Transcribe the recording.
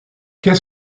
qu’est